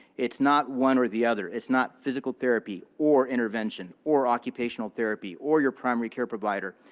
it's not one or the other. it's not physical therapy or intervention or occupational therapy or your primary care provider.